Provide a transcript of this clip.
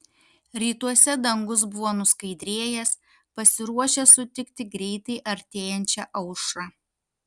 rytuose dangus buvo nuskaidrėjęs pasiruošęs sutikti greitai artėjančią aušrą